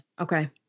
okay